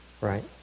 right